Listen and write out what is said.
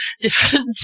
different